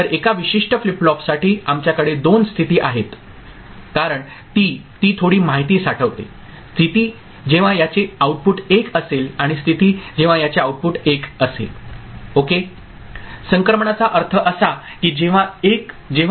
तर एका विशिष्ट फ्लिप फ्लॉपसाठी आमच्याकडे दोन स्थिती आहे कारण ती ती थोडी माहिती साठवते स्थिती जेव्हा याचे आउटपुट 1 असेल आणि स्थिती जेव्हा याचे आउटपुट 1 असेल ओके